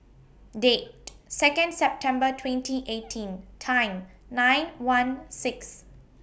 Date Second September twenty eighteen Time nine one six